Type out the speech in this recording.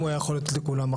אם הוא היה יכול לתת לכולם,